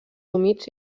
humits